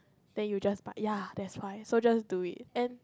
then you just buy~ ya that's why so just do it and